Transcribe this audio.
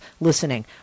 listening